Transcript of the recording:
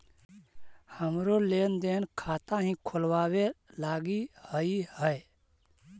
हमरो लेन देन खाता हीं खोलबाबे लागी हई है